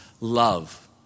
love